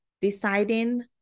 deciding